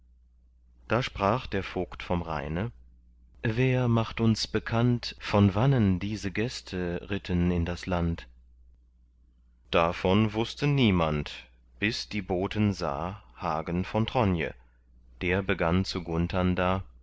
da sprach der vogt vom rheine wer macht uns bekannt von wannen diese gäste ritten in das land davon wußte niemand bis die boten sah hagen von tronje der begann zu gunthern da